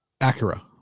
Acura